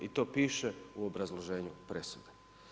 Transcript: I to piše u obrazloženju presude.